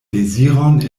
deziron